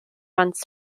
runs